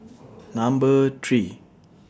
Number three